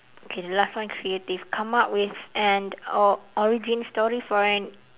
okay the last one creative come up with an or origin story for an